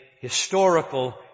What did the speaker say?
historical